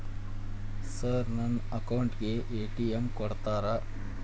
Sir ನನ್ನ account ಗೆ ATM ಕೊಡುತ್ತೇರಾ?